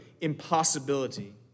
impossibility